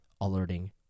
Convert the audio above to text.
alerting